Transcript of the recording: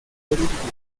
corinthians